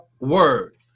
word